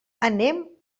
anem